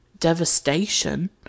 devastation